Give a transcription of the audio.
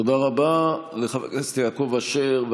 תודה רבה לחבר הכנסת יעקב אשר.